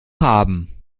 haben